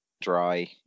dry